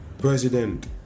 president